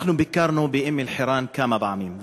אנחנו ביקרנו באום-אלחיראן כמה פעמים,